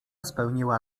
spełniła